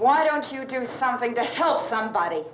why don't you do something to help somebody